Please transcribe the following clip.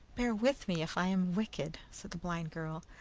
bear with me, if i am wicked! said the blind girl.